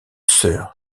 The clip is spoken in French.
sœur